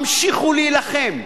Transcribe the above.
המשיכו להילחם.